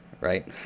right